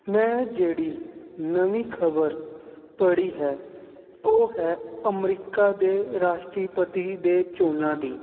ਮੈਂ ਜਿਹੜੀ ਨਵੀਂ ਖਬਰ ਪੜੀ ਹੈ ਉਹ ਹੈ ਅਮਰੀਕਾ ਦੇ ਰਾਸ਼ਟਰੀਪਤੀ ਦੇ ਚੋਣਾਂ ਦੀ